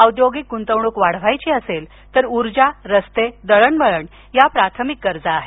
औद्योगिक गुंतवणूक वाढवायची असेल तर ऊर्जा रस्ते दळणवळण या प्राथमिक गरजा आहेत